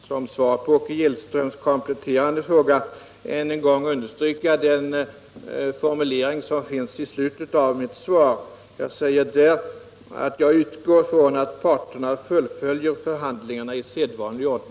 Herr talman! Låt mig som svar på Åke Gillströms kompletterande fråga än en gång understryka den formulering som finns i slutet av mitt svar: ”Jag utgår från att parterna fullföljer förhandlingarna i sedvanlig ordning.”